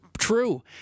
true